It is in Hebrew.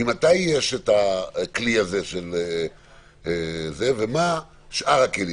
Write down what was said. ממתי יש את הכלי הזה, ומה שאר הכלים?